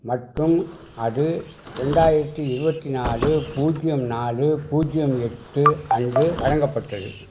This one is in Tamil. மற்றும் அது ரெண்டாயிரத்தி இருபத்தி நாலு பூஜ்ஜியம் நாலு பூஜ்ஜியம் எட்டு அன்று வழங்கப்பட்டது